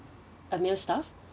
a male staff